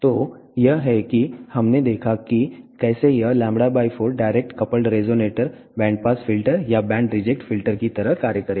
तो यह है कि हमने देखा कि कैसे यह λ 4 direct coupled resonator band pass filter या बैंड रिजेक्ट फिल्टर की तरह कार्य करेगा